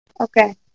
Okay